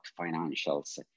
financials